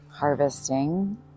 harvesting